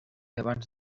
abans